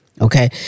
Okay